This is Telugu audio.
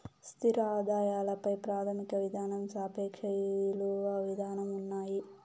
స్థిర ఆదాయాల పై ప్రాథమిక విధానం సాపేక్ష ఇలువ విధానం ఉన్నాయి